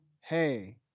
hey